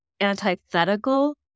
antithetical